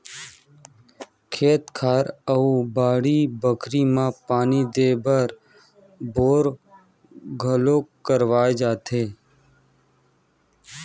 खेत खार अउ बाड़ी बखरी म पानी देय बर बोर घलोक करवाए जाथे